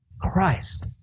Christ